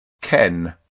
ken